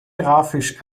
grafisch